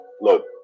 Look